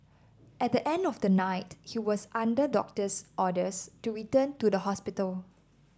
at the end of the night he was under doctor's orders to return to the hospital